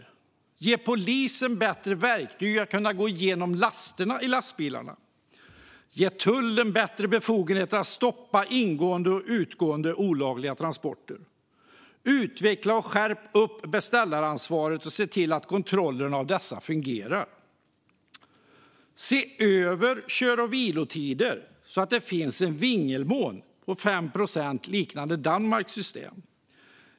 Man borde ha gett polisen bättre verktyg att kunna gå igenom lasterna i lastbilarna och tullen bättre befogenheter att stoppa ingående och utgående olagliga transporter. Man borde ha utvecklat och skärpt beställaransvaret och sett till att kontrollerna av detta fungerar. Man borde ha sett över kör och vilotider så att det finns en vingelmån på 5 procent, som i Danmarks system.